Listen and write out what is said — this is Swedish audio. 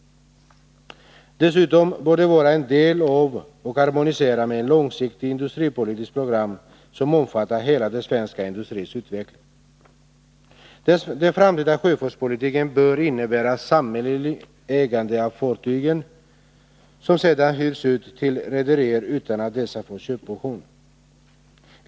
Dessutom bör det vara en del av och harmoniera med ett långsiktigt industripolitiskt program som omfattar hela den svenska industrins utveckling. Den framtida sjöfartspolitiken bör innebära samhälleligt ägande av fartygen, som sedan hyrs ut till rederier utan att dessa får köpoption.